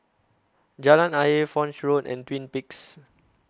Jalan Ayer Foch Road and Twin Peaks